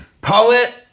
poet